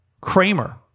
Kramer